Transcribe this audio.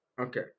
Okay